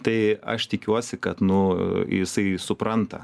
tai aš tikiuosi kad nu jisai supranta